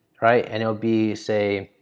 right? and it'll be, say,